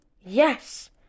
Yes